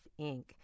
Inc